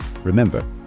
Remember